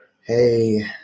Hey